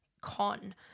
con